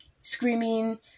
screaming